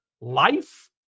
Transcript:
life